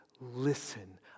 listen